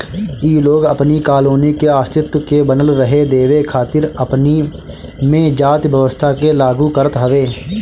इ लोग अपनी कॉलोनी के अस्तित्व के बनल रहे देवे खातिर अपनी में जाति व्यवस्था के लागू करत हवे